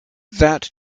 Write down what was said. that